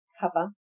cover